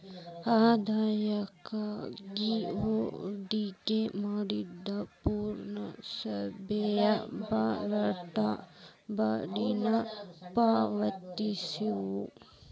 ಆದಾಯಕ್ಕಾಗಿ ಹೂಡಿಕೆ ಮಾಡ್ತಿದ್ರ ಪುರಸಭೆಯ ಬಾಂಡ್ಗಳ ಬಡ್ಡಿನ ಪಾವತಿಸ್ತವ